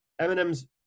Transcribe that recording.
Eminem's